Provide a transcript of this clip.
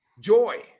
joy